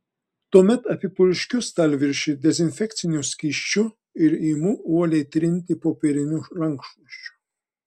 tuomet apipurškiu stalviršį dezinfekciniu skysčiu ir imu uoliai trinti popieriniu rankšluosčiu